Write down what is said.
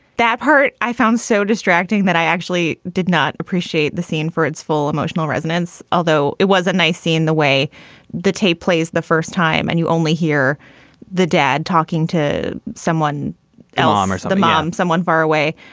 that part i found so distracting that i actually did not appreciate the scene for its full emotional resonance, although it was a nice scene. the way the tape plays the first time and you only hear the dad talking to someone else um or so the mom someone far away,